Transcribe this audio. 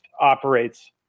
operates